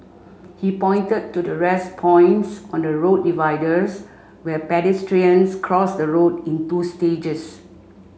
he pointed to the 'rest points' on the road dividers where pedestrians cross the road in two stages